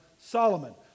Solomon